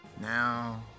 Now